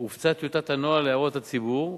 הופצה טיוטת הנוהל להערות הציבור,